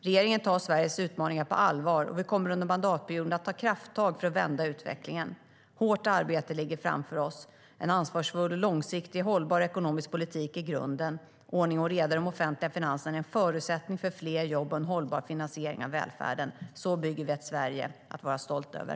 Regeringen tar Sveriges utmaningar på allvar, och vi kommer under mandatperioden att ta krafttag för att vända utvecklingen. Hårt arbete ligger framför oss. En ansvarsfull och långsiktigt hållbar ekonomisk politik är grunden. Ordning och reda i de offentliga finanserna är en förutsättning för fler jobb och en hållbar finansiering av välfärden. Så bygger vi ett Sverige att vara stolta över.